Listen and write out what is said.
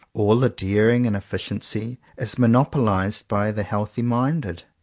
all the daring and effi ciency is monopolized by the healthy minded.